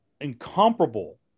incomparable